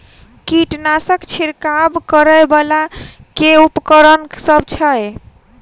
कीटनासक छिरकाब करै वला केँ उपकरण सब छै?